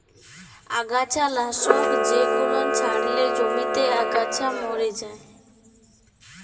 আগাছা লাশক জেগুলান ছড়ালে জমিতে আগাছা ম্যরে যায়